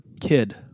kid